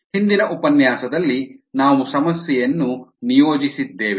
ಹಿಂದಿನ ಉಪನ್ಯಾಸದಲ್ಲಿ ನಾವು ಸಮಸ್ಯೆಯನ್ನು ನಿಯೋಜಿಸಿದ್ದೇವೆ